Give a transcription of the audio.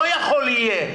לא "יכול יהיה"